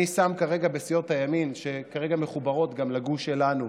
אני שם בסיעות הימין שכרגע גם מחוברות לגוש שלנו